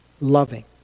loving